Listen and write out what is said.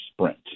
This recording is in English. sprint